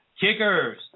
Kickers